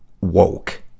woke